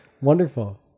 Wonderful